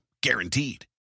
guaranteed